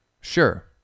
sure